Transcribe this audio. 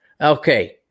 Okay